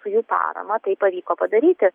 su jų parama tai pavyko padaryti